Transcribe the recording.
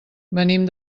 venim